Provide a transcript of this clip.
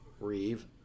Reeve